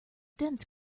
dense